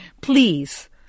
please